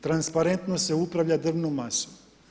Transparentno se upravlja drvnom masom.